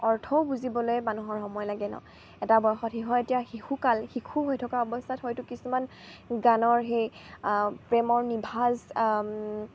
অৰ্থও বুজিবলে মানুহৰ সময় লাগে ন এটা বয়সত শিশুৱ এতিয়া শিশুকাল শিশু হৈ থকা অৱস্থাত হয়তো কিছুমান গানৰ সেই প্ৰেমৰ নিভাঁজ